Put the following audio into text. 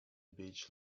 beach